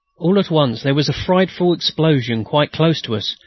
all at once there was a frightful explosion quite close to us,